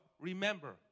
Remember